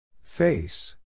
Face